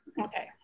Okay